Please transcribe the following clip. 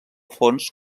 fons